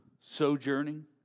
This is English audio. sojourning